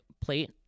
plate